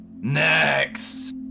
Next